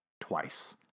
twice